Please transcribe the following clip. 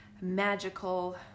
magical